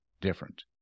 different